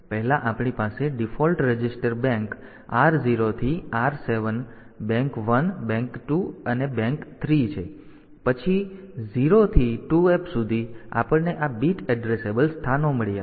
તો પહેલા આપણી પાસે ડિફોલ્ટ રજીસ્ટર બેંક R0 થી R7 પછી બેંક 1 બેંક2 અને બેંક 3 છે પછી 0 થી 2 f સુધી આપણને આ બીટ એડ્રેસેબલ સ્થાનો મળ્યા છે